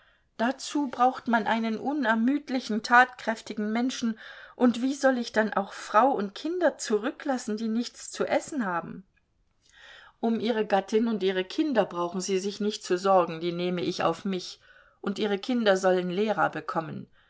dazu braucht man einen unermüdlichen tatkräftigen menschen und wie soll ich dann auch frau und kinder zurücklassen die nichts zu essen haben um ihre gattin und ihre kinder brauchen sie sich nicht zu sorgen die nehme ich auf mich und ihre kinder sollen lehrer bekommen